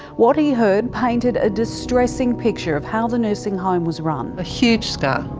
what he heard painted a distressing picture of how the nursing home was run. a huge scar,